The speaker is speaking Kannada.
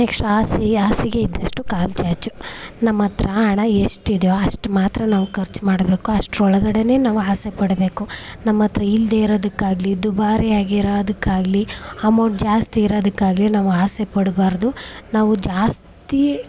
ನೆಕ್ಸ್ಟ್ ಹಾಸಿಗೆ ಹಾಸಿಗೆ ಇದ್ದಷ್ಟು ಕಾಲು ಚಾಚು ನಮ್ಮ ಹತ್ರ ಹಣ ಎಷ್ಟಿದೆಯೋ ಅಷ್ಟು ಮಾತ್ರ ನಾವು ಖರ್ಚು ಮಾಡಬೇಕು ಅಷ್ಟರ ಒಳಗಡೆನೇ ನಾವು ಆಸೆ ಪಡಬೇಕು ನಮ್ಮ ಹತ್ರ ಇಲ್ಲದೇ ಇರೋದಕ್ಕಾಗಲಿ ದುಬಾರಿಯಾಗಿರೋದಕ್ಕಾಗಲಿ ಅಮೌಂಟ್ ಜಾಸ್ತಿ ಇರೋದಕ್ಕಾಗಲಿ ನಾವು ಆಸೆ ಪಡಬಾರ್ದು ನಾವು ಜಾಸ್ತಿ